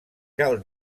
cal